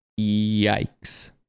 yikes